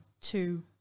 two